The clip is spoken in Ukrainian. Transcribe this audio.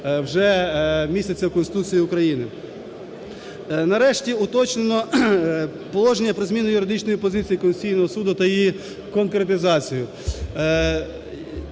вже містяться в Конституції України. Нарешті уточнено положення про зміни юридичної позиції Конституційного Суду та її конкретизацію.